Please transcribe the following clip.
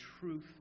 truth